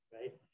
right